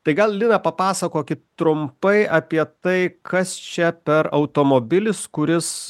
tai gal lina papasakokit trumpai apie tai kas čia per automobilis kuris